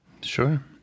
Sure